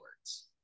words